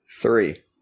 Three